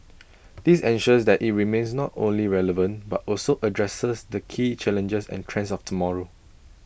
this ensures that IT remains not only relevant but also addresses the key challenges and trends of tomorrow